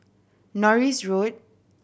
Norris Road